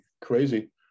crazy